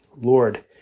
Lord